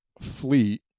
fleet